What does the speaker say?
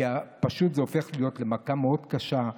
כי זה הופך להיות למכה מאוד קשה,